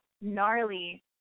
gnarly